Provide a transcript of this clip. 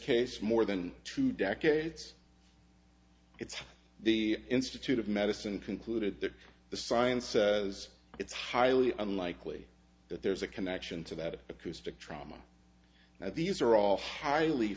case more than two decades it's the institute of medicine concluded that the science says it's highly unlikely that there's a connection to that acoustic trauma that these are all highly